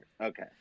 Okay